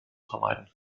vermeiden